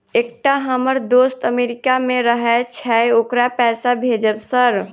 एकटा हम्मर दोस्त अमेरिका मे रहैय छै ओकरा पैसा भेजब सर?